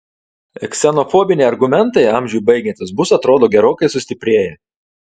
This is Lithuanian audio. ksenofobiniai argumentai amžiui baigiantis bus atrodo gerokai sustiprėję